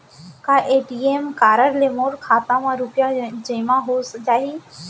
का ATM card ले मोर खाता म रुपिया जेमा हो जाही?